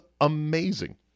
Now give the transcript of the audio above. amazing